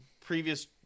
previous